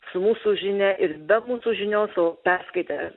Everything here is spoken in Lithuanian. su mūsų žinia ir be mūsų žinios o perskaitę